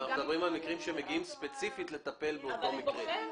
אנחנו מדברים על מקרים שמגיעים ספציפית לטפל באותו מקרה.